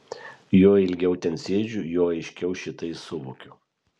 juo ilgiau ten sėdžiu juo aiškiau šitai suvokiu